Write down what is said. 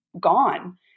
gone